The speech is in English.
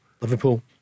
Liverpool